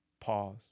Pause